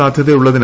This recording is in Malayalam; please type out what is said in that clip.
സാധ്യതയുളളതിന